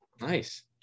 Nice